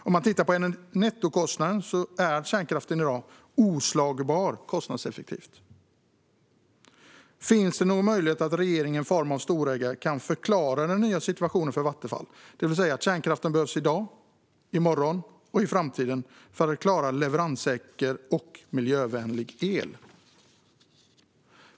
När det gäller nettokostnaden är kärnkraften oslagbart kostnadseffektiv. Kan regeringen i form av storägare förklara den nya situationen för Vattenfall, det vill säga att kärnkraften behövs i dag, i morgon och i framtiden för att klara leveranssäker och miljövänlig el?